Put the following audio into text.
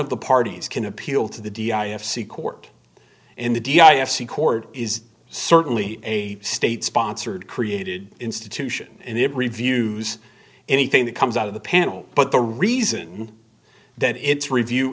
of the parties can appeal to the d i f c court in the d i s the court is certainly a state sponsored created institution and it reviews anything that comes out of the panel but the reason that its review